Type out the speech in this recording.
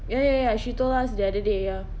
ya ya ya she told us the other day ya